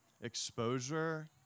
exposure